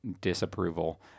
disapproval